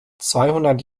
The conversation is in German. zweihundert